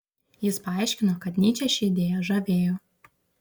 jis paaiškino kad nyčę ši idėja žavėjo